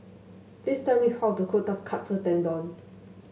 please tell me how to cook Katsu Tendon